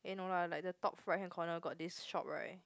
eh no lah like the top right hand corner got this shop right